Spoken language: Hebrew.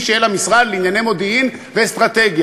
שיהיה לה משרד לענייני מודיעין ואסטרטגיה.